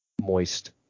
moist